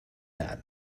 that